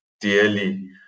dearly